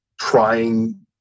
trying